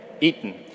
eaten